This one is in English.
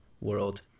world